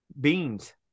beans